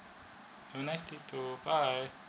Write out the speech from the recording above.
have a nice day too bye